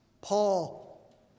Paul